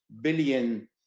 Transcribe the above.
billion